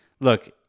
look